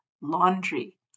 laundry